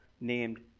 named